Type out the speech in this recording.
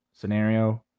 scenario